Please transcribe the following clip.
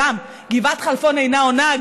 גם גבעת חלפון אינה עונה,